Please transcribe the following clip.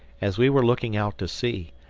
as we were looking out to sea,